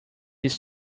his